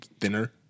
thinner